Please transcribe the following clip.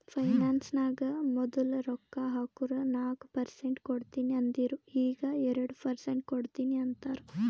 finance ನಾಗ್ ಮದುಲ್ ರೊಕ್ಕಾ ಹಾಕುರ್ ನಾಕ್ ಪರ್ಸೆಂಟ್ ಕೊಡ್ತೀನಿ ಅಂದಿರು ಈಗ್ ಎರಡು ಪರ್ಸೆಂಟ್ ಕೊಡ್ತೀನಿ ಅಂತಾರ್